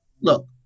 look